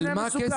על מה כסף?